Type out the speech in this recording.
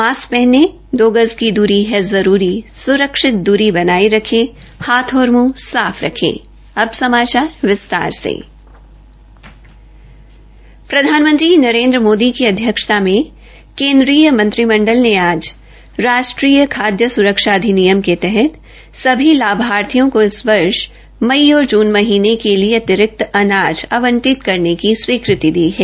mask पहनें दो गज दूरी है जरूरी स्रक्षित दूरी बनाये रखें हाथ और मुंह साफ रखें प्रधानमंत्री नरेन्द्र मोदी की अध्यक्षता मे केन्द्रीय मंत्रिमंडल ने आज राष्ट्रीय खाद्य सुरक्षा अधिनियम के तहत सभी लाभार्थियों को इस वर्ष मई और जून महीने के लिए अतिरिक्त अनाज आवंटित करने करने की स्वीकृति दी है